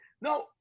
no